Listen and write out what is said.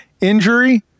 injury